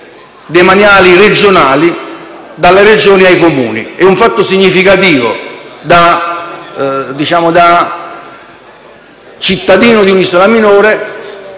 demaniali regionali ai Comuni. È un fatto significativo: da cittadino di un'isola minore